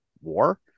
war